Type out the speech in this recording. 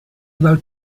dal